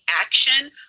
action